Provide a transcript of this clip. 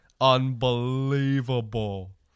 unbelievable